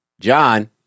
John